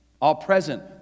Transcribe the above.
all-present